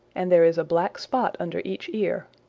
and there is a black spot under each ear.